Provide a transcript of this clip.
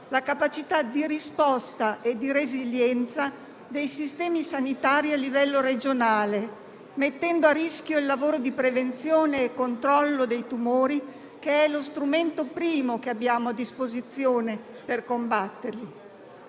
la capacità di risposta e di resilienza dei sistemi sanitari a livello regionale, mettendo a rischio il lavoro di prevenzione e controllo dei tumori, che è lo strumento primo che abbiamo a disposizione per combatterli.